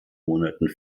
monaten